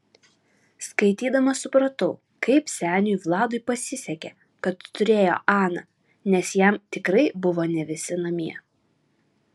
skaitydama supratau kaip seniui vladui pasisekė kad turėjo aną nes jam tikrai buvo ne visi namie